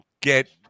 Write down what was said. get